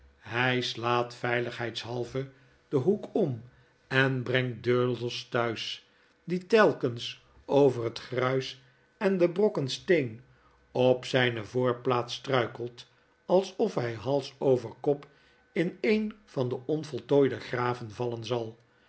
onder welk vuurhflstaatjhijslaatveiligheidshalve den hoek om en brengt durdels thuis die teikens over het gruis en de brokken steen op zflne voorplaats struikelt alsof hij hals over kop in een van de onvoltooide graven vallen zal